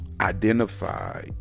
identify